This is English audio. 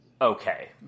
okay